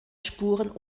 spuren